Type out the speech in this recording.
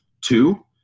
two